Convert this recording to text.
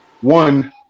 one